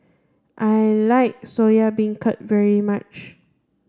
I like Soya Beancurd very much